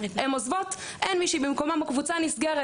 הן עוזבות אין מישהי במקומן הקבוצה נסגרת,